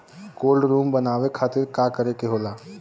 Cold room बनावे खातिर का करे के होला?